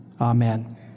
Amen